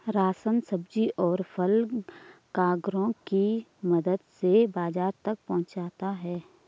ration, सब्जी, और फल कार्गो की मदद से बाजार तक पहुंचता है